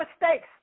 mistakes